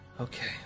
okay